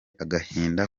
agahinda